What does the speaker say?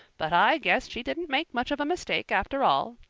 but i guess she didn't make much of a mistake after all.